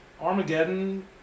Armageddon